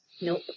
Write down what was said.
Nope